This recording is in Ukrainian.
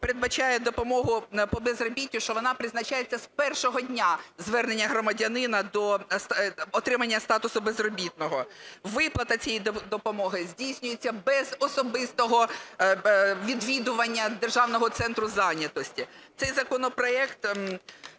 передбачає допомогу по безробіттю, що вона призначається з першого дня звернення громадянина до отримання статусу безробітного. Виплата цієї допомоги здійснюється без особистого відвідування Державного центру зайнятості. Цей законопроект